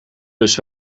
lust